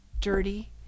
dirty